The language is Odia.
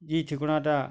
ଯେ ଠିକଣାଟା